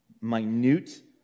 minute